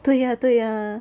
对呀对呀